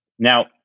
Now